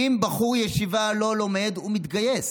אם בחור ישיבה לא לומד, הוא מתגייס.